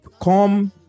come